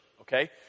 Okay